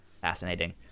fascinating